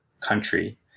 country